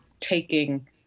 taking